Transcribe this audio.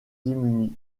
démunis